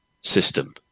system